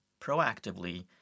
proactively